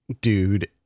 dude